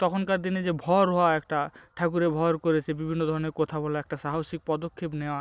তখনকার দিনে যে ভর হওয়া একটা ঠাকুরে ভর করেছে বিভিন্ন ধরনের কথা বলা একটা সাহসী পদক্ষেপ নেওয়া